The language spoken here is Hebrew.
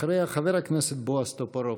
אחריה, חבר הכנסת בועז טופורובסקי.